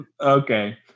Okay